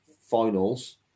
finals